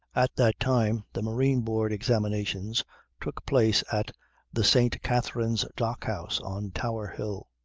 at that time the marine board examinations took place at the st. katherine's dock house on tower hill,